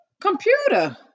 computer